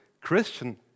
Christian